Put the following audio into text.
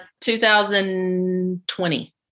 2020